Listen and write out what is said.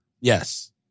Yes